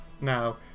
now